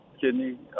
kidney